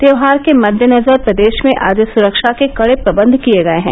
त्यौहार के मददेनजर प्रदेश में आज सुरक्षा के कडे प्रबंध किये गये हैं